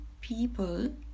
people